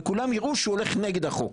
וכולם יראו שהוא הולך נגד החוק,